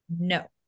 No